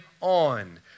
on